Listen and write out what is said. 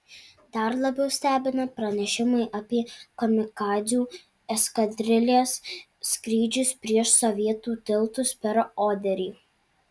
dar labiau stebina pranešimai apie kamikadzių eskadrilės skrydžius prieš sovietų tiltus per oderį